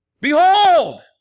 Behold